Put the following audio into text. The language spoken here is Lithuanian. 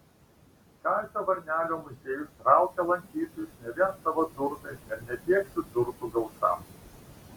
kazio varnelio muziejus traukia lankytojus ne vien savo turtais ir ne tiek šių turtų gausa